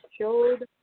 showed